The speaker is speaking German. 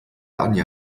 anja